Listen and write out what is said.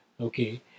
okay